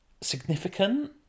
significant